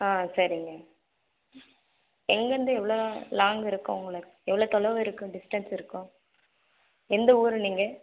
ஆ சரிங்க எங்கேருந்து எவ்வளோ லாங் இருக்கும் உங்களுக்கு எவ்வளோ தொலைவு இருக்கும் டிஸ்டன்ஸ் இருக்கும் எந்த ஊர் நீங்கள்